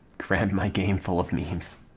crammed my game full of memes